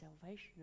salvation